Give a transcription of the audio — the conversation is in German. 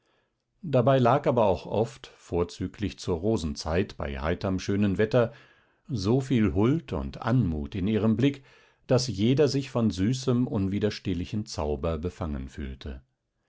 dabei lag aber auch oft vorzüglich zur rosenzeit bei heiterm schönen wetter so viel huld und anmut in ihrem blick daß jeder sich von süßem unwiderstehlichen zauber befangen fühlte